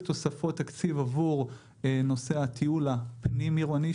תוספות תקציב עבור נושא התיעול הפנים-עירוני,